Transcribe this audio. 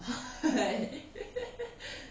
what